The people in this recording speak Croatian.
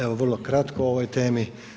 Evo vrlo kratko o ovoj temi.